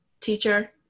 teacher